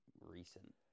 recent